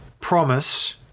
promise